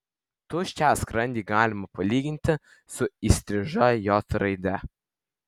tuščią skrandį galima palyginti su įstriža j raide